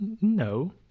No